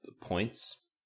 points